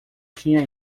tinha